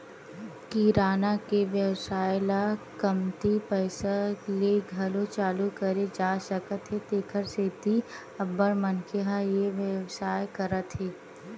किराना के बेवसाय ल कमती पइसा ले घलो चालू करे जा सकत हे तेखर सेती अब्बड़ मनखे ह ए बेवसाय करत हे